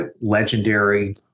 Legendary